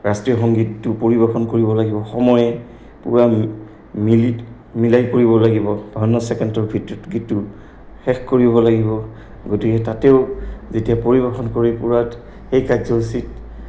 ৰাষ্ট্ৰীয় সংগীতটো পৰিৱেশন কৰিব লাগিব সময়ে পূৰা মিলি মিলাই কৰিব লাগিব বাৱন্ন ছেকেণ্ডৰ ভিতৰত গীতটো শেষ কৰিব লাগিব গতিকে তাতেও যেতিয়া পৰিৱেশন কৰি সেই কাৰ্যসূচীত